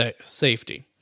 safety